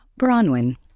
Bronwyn